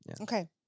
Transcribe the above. Okay